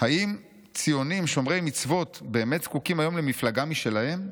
"האם ציונים שומרי מצוות באמת זקוקים היום למפלגה משלהם?